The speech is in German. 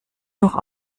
noch